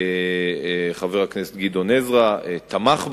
חבר הכנסת גדעון עזרא, תמך בחוק,